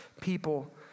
people